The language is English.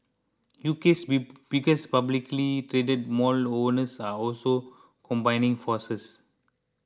UK's biggest publicly traded mall owners are also combining forces